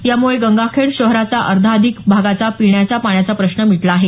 यामुळे गंगाखेड शहराचा अर्धाअधिक भागाचा पिण्याचा पाण्याचा प्रश्न मिटला आहे